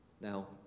Now